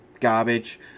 garbage